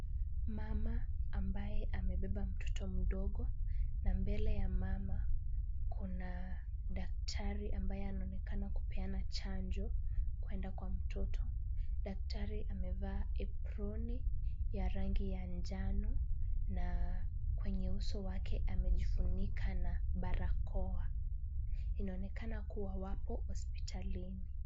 Mama ambaye amebeba mtoto mdogo na mbele ya mama kuna daktari ambaye anaonekana kupeana chanjo kuenda kwa mtoto, daktari amevaa aproni ya rangi ya njano na kwenye uso wake amejifunika na barakoa. Inaonekana kuwa wapo hospitalini.